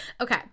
Okay